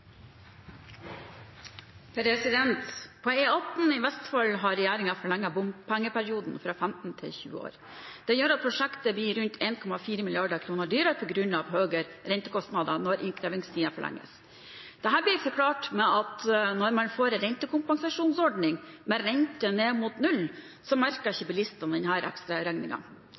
På E18 i Vestfold har regjeringen forlenget bompengeperioden fra 15 til 20 år. Det gjør at prosjektet blir rundt 1,4 mrd. kr dyrere, på grunn av høyere rentekostnader når innkrevingstiden forlenges. Dette blir forklart med at når man får en rentekompensasjonsordning, med rente ned mot null, merker ikke bilistene denne ekstra